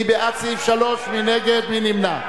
מי בעד סעיף 3, מי נגד, מי נמנע?